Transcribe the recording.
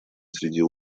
среди